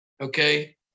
okay